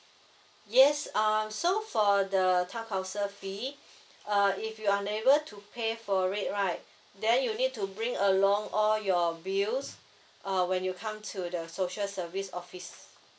yes um so for the town council fee uh if you unable to pay for it right then you need to bring along all your bills uh when you come to the social service office